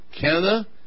Canada